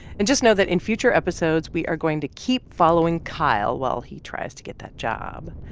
and just know that in future episodes, we are going to keep following kyle while he tries to get that job